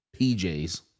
PJs